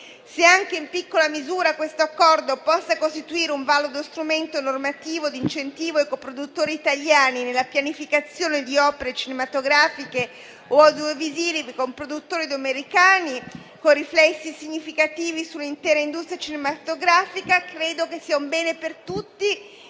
Se anche in piccola misura questo Accordo possa costituire un valido strumento normativo di incentivo economico ai coproduttori italiani nella pianificazione di opere cinematografiche o audiovisive con produttori dominicani, con riflessi significativi sull'intera industria cinematografica, credo sia un bene per tutti